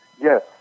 yes